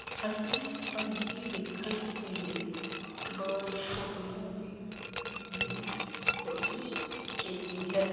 ਅਸੀਂ ਪੰਛੀ ਵੇਖਣ ਵੇਲੇ ਬਰਡ ਫੋਟੋਗ੍ਰਾਫੀ ਦੀ ਕੋਸ਼ਿਸ਼ ਕੀਤੀ ਹੈ